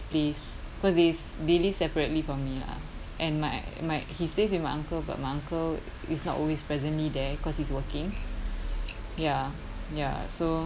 place cause he's they live separately from me lah and my my he stays with my uncle but my uncle is not always presently there cause he's working ya ya so